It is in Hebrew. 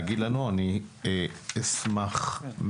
תודה רבה, ולהגיד לנו, אני אשמח מאוד.